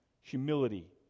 humility